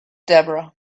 deborah